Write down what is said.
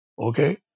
okay